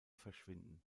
verschwinden